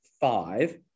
five